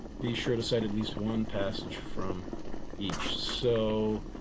be sure to cite at least one passage from each. so